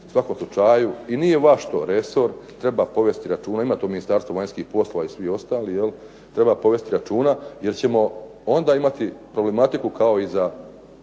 svakom slučaju i nije vaš resor treba povesti računa. Ima tu Ministarstvo vanjskih poslova i svi ostali jel, treba povesti računa, jer ćemo onda imati problematiku kao i za